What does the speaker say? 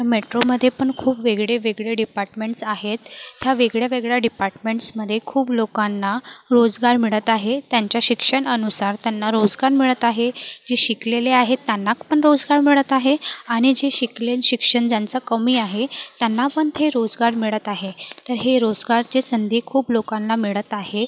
मेट्रोमदेपन खूब वेगडे वेगडे डिपार्टमेंट्स आहेत थ्या वेगड्या वेगळ्या डिपार्टमेंट्समदे खूब लोकांना रोजगार मिडत आहे त्यांच्या शिक्षन अनुसार त्यांना रोसगार मिळत आहे जे शिकलेले आहेत त्यांनापन रोसगार मिडत आहे आनि जे शिकले शिक्षन ज्यांचं कमी आहे त्यांनापन थे रोसगार मिडत आहे तं हे रोसगारचे संधी खूप लोकांना मिडत आहे